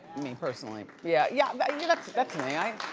me personally. yeah, yeah yeah yeah that's that's me.